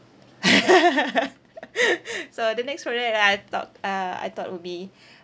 so the next product that I thought uh I thought would be